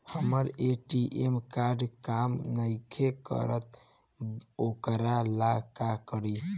हमर ATM card काम नईखे करत वोकरा ला का करी?